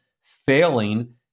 failing